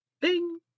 Bing